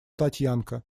татьянка